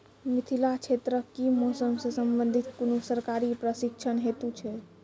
मिथिला क्षेत्रक कि मौसम से संबंधित कुनू सरकारी प्रशिक्षण हेतु छै?